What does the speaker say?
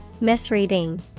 Misreading